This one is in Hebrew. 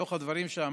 בתוך הדברים שאמרתי,